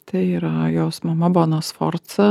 tai yra jos mama bona sforca